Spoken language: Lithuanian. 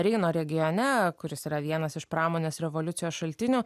reino regione kuris yra vienas iš pramonės revoliucijos šaltinių